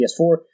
PS4